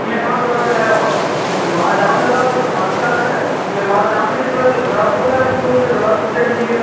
मैं कहाँ घुमा के लाया वहाँ जाम लग रहा था तो घुमा कर ही लाता क्या फिर वहाँ जाम में लेट हो जाते तो फिर आप बोलते आपने गूगल पर तो रास्ता चेक नहीं किया